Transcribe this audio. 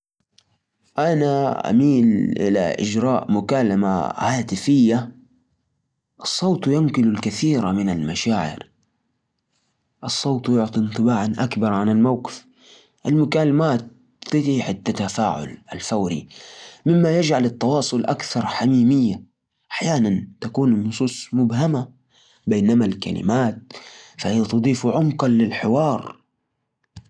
أنا أفضل أرسل رسالة نصيه. ليش؟ لأنها تعطي لي وقت أختار كلماتي وأفكر في ردودي. المكالمات الهايفيه أحياناً تكون ضاغطة. لازم أرد بسرعة وأكون مركز. الرسائل تخلي التواصل أسهل وأخف. خاصةً إذا كان في أشياء أحتاج أفكر فيها شوي.